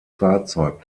fahrzeug